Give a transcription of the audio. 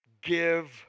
give